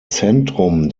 zentrum